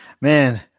Man